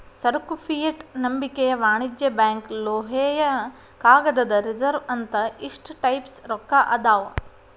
ಸರಕು ಫಿಯೆಟ್ ನಂಬಿಕೆಯ ವಾಣಿಜ್ಯ ಬ್ಯಾಂಕ್ ಲೋಹೇಯ ಕಾಗದದ ರಿಸರ್ವ್ ಅಂತ ಇಷ್ಟ ಟೈಪ್ಸ್ ರೊಕ್ಕಾ ಅದಾವ್